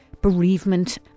bereavement